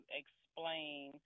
explain